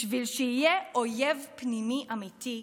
בשביל שיהיה אויב פנימי אמיתי,